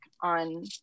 on